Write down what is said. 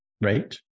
right